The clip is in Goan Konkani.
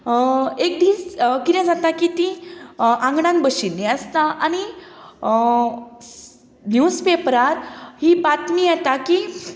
एक दीस कितें जाता की तीं आंगणान बशिल्ली आसता आनी नीवज पेपरार ही बातमी येता की